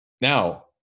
now